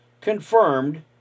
confirmed